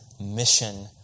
mission